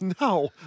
No